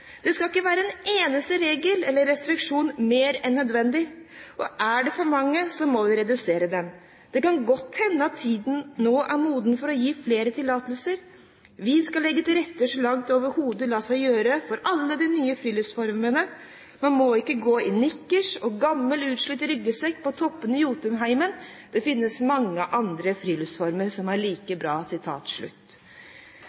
skal ikke være en eneste regel eller restriksjon mer enn nødvendig, og er det for mange, så må vi redusere dem. Det kan godt hende at tiden nå er moden for å gi flere tillatelser Vi skal legge til rette så langt det overhodet lar seg gjøre for alle de nye friluftsformene. Man må ikke gå i nikkers og gammel utslitt ryggsekk på toppene i Jotunheimen – det finnes mange andre friluftsformer som er like